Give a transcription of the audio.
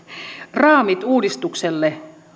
raamit uudistukselle